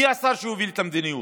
מי השר שיוביל את המדיניות,